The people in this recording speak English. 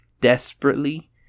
desperately